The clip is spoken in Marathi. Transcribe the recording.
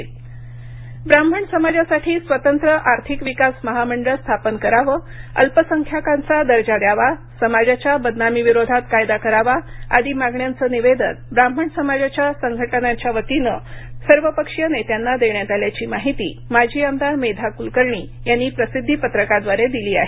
ब्राह्मण मागण्या ब्राह्मण समाजासाठी स्वतंत्र आर्थिक विकास महामंडळ स्थापन करावे अल्पसंख्यांकांचा दर्जा द्यावा समाजाच्या बदनामी विरोधात कायदा करावा आदी मागण्यांचे निवेदन ब्राह्मण समाजाच्या संघटनांच्या वतीने सर्व पक्षीय नेत्यांना देण्यात आल्याची माहिती माजी आमदार मेधा कुलकर्णी यांनी प्रसिद्धीपत्रकाद्वारे दिली आहे